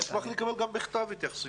נשמח לקבל התייחסויות בכתב.